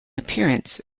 appearance